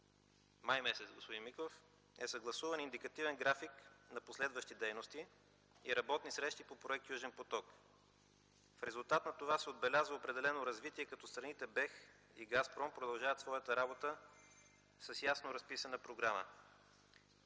май, господин Миков! – е съгласуван индикативен график на последващи дейности и работни срещи по проект „Южен поток”. В резултат на това се отбелязва определено развитие като страните Българският енергиен холдинг и „Газпром” продължават своята работа с ясно разписана програма.